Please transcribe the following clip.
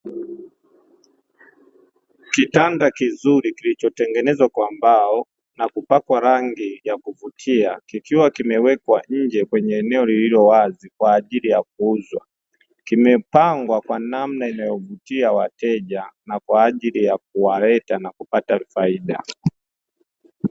Kitanda kizuri, kilichotengenezwa kwa mbao na kupakwa rangi ya kuvutia, kikiwa kimewekwa nje kwenye eneo lililo wazi kwa ajili ya kuuzwa, kimepangwa kwa namna inayovutia wateja na kwa ajili ya kuwaleta na kupata faida.